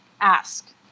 ask